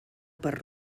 per